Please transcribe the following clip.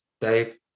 Dave